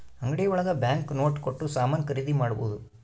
ಅಂಗಡಿ ಒಳಗ bank note ಕೊಟ್ಟು ಸಾಮಾನ್ ಖರೀದಿ ಮಾಡ್ಬೋದು